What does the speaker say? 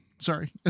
Sorry